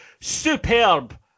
superb